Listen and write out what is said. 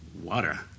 Water